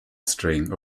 string